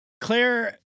Claire